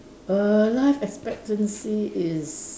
err life expectancy is